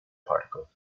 particle